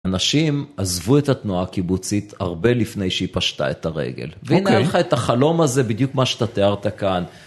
אנשים עזבו את התנועה הקיבוצית הרבה לפני שהיא פשטה את הרגל. והנה היה לך את החלום הזה, בדיוק מה שאתה תיארת כאן.